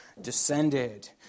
descended